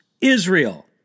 Israel